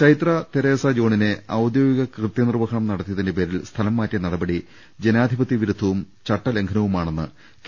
ചൈത്ര തെരേസ ജോണിനെ ഔദ്യോഗിക കൃത്യനിർവ്വഹണം നടത്തിയതിന്റെ പേരിൽ സ്ഥലം മാറ്റിയ നടപടി ജനാധിപത്യ വിരുദ്ധവും ചട്ടലംഘനവുമാണെന്ന് കെ